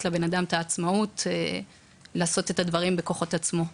לבן אדם עצמאות לעשות את הדברים בכוחות עצמו.